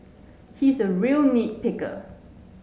he is a real nit picker